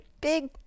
big